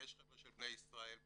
יש חבר'ה של בני ישראל בכפרים,